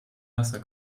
wasser